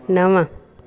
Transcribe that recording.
नव